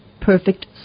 perfect